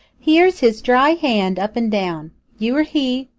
here's his dry hand up and down you are he,